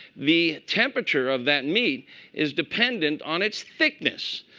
the temperature of that meat is dependent on its thickness.